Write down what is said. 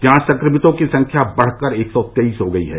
यहां संक्रमितों की संख्या बढ़कर एक सौ तेईस हो गई है